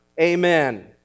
Amen